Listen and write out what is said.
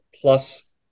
plus